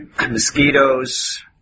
mosquitoes